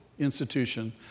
institution